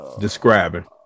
describing